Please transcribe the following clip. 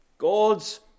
God's